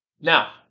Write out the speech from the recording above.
Now